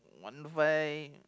one five